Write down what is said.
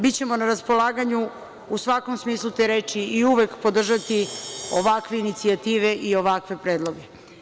Bićemo na raspolaganju u svakom smislu te reči i uvek podržati ovakve inicijative i ovakve predloge.